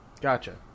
Gotcha